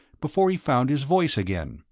before he found his voice again,